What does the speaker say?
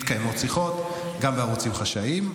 מתקיימות שיחות, גם בערוצים חשאיים,